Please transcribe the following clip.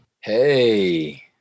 Hey